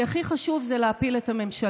כי הכי חשוב זה להפיל את הממשלה.